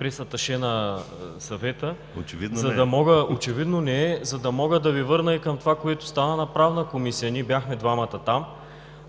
не. ПЕНЧО МИЛКОВ: Очевидно не е. Да Ви върна и към това, което стана на Правната комисия. Ние бяхме двамата там.